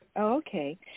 Okay